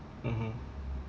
mmhmm